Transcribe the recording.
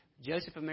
Joseph